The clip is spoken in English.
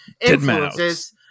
influences